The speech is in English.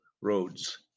roads